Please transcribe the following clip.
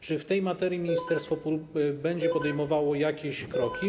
Czy w tej materii ministerstwo będzie podejmowało jakieś kroki.